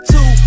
Two